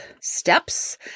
steps